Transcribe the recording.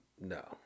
no